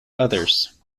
others